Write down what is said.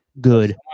good